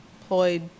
employed